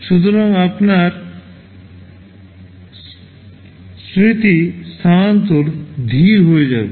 সুতরাং আপনার স্মৃতি স্থানান্তর ধীর হয়ে যাবে